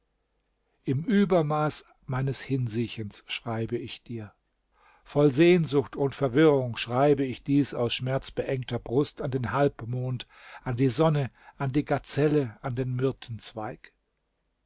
im übermaß meines hinsiechens schreibe ich dir voll sehnsucht und verwirrung schreibe ich dies aus schmerzbeengter brust an den halbmond an die sonne an die gazelle an den